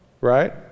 right